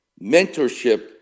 mentorship